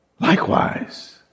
Likewise